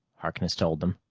harkness told them.